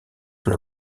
sous